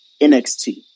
NXT